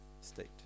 state